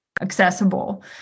accessible